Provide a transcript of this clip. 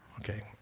Okay